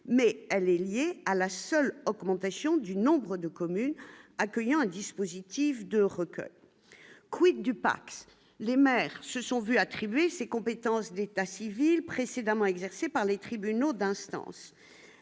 mais elle est liée à la seule augmentation du nombre de communes accueillant un dispositif de quid du Pacs, les maires se sont vu attribuer ses compétences d'état civil précédemment exercé par les tribunaux d'instance